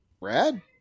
Rad